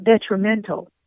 detrimental